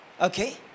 Okay